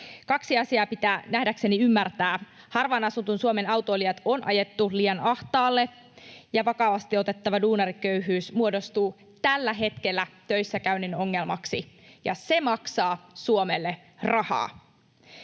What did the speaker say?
Kaksi asiaa pitää nähdäkseni ymmärtää: harvaan asutun Suomen autoilijat on ajettu liian ahtaalle, ja vakavasti otettava duunariköyhyys muodostuu tällä hetkellä töissäkäynnin ongelmaksi, ja se maksaa Suomelle rahaa.